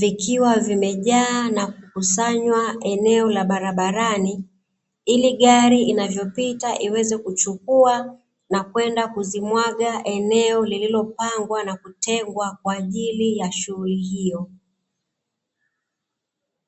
ikiwa vimejaa na kukusanywa eneo la barabarani, ili gari inapopita iweze kuchukua na kwenda kuzimwaga eneo lililopangwa na kutengwa kwa ajili ya Shughuli hiyo.